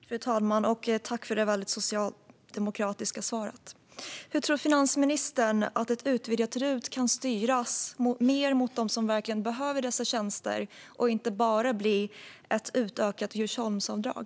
Fru talman! Tack för det väldigt socialdemokratiska svaret! Hur tror finansministern att ett utvidgat RUT-avdrag kan styras mer mot dem som verkligen behöver dessa tjänster så att det inte bara blir ett utökat Djursholmsavdrag?